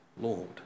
Lord